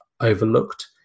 overlooked